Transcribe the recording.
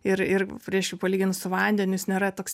ir ir reiškia palyginus su vandeniu jis nėra toks